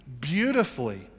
beautifully